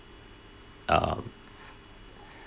um